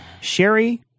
Sherry